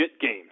games